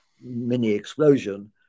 mini-explosion